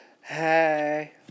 Hey